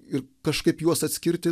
ir kažkaip juos atskirti